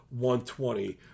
120